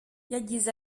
yagize